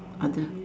other